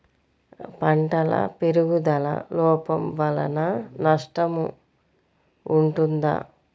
పంటల పెరుగుదల లోపం వలన నష్టము ఉంటుందా?